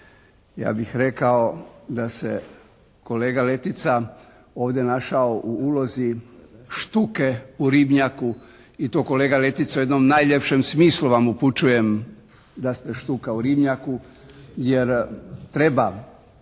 Ja bih rekao da se kolega Letica ovdje našao u ulozi štuke u ribnjaku i to kolega Letica u jednom najljepšem smislu vam upućujem da ste štuka u ribnjaku. Jer treba